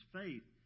faith